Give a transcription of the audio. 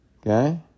Okay